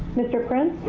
mr. prince?